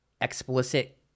explicit